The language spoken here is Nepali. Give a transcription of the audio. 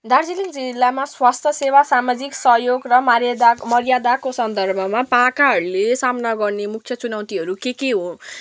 दार्जिलिङ जिल्लामा स्वास्थ्य सेवा सामाजिक सहयोग र मर्यादा मर्यादाको सन्दर्भमा पाकाहरूले सामना गर्ने मुख्य चुनौतिहरू के के हो